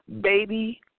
baby